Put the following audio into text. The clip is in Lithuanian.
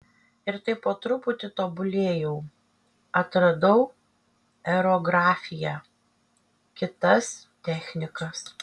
ir taip po truputį tobulėjau atradau aerografiją kitas technikas